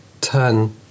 turn